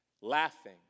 laughing